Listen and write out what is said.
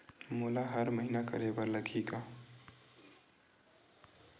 मोला हर महीना करे बर लगही का?